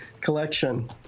collection